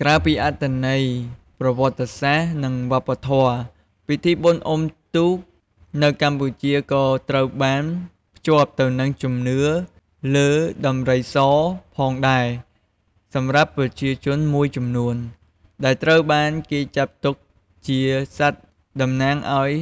ក្រៅពីអត្ថន័យប្រវត្តិសាស្ត្រ និងវប្បធម៌ ពិធីបុណ្យអុំទូកនៅកម្ពុជាក៏ត្រូវបានភ្ជាប់ទៅនឹងជំនឿលើដំរីសផងដែរសម្រាប់ប្រជាជនមួយចំនួន ដែលត្រូវបានគេចាត់ទុកជាសត្វតំណាងឲ្យ